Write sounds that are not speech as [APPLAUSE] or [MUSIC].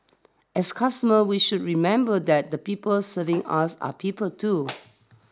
as customers we should remember that the people serving us are people too [NOISE]